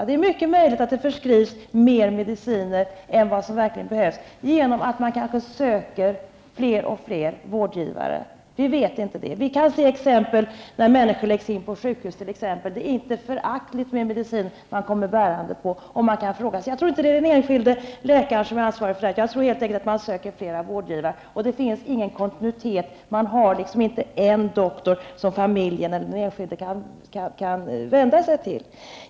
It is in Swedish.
Det är mycket möjligt att det, genom att man kanske söker fler och fler vårdgivare, förskrivs mer medicin än vad som verkligen behövs. Det vet vi inte. Vi kan se exempel på att människor som läggs in på sjukhus kommer bärande på en icke föraktlig mängd mediciner. Jag tror inte att det är den enskilde läkaren som är ansvarig för det här utan att man söker fler vårdgivare. Det finns ingen kontinuitet. Man har liksom inte en doktor som familjen eller den enskilde kan vända sig till.